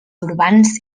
urbans